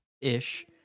ish